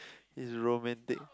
is romantic